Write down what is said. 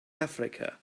africa